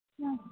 ಹಾಂ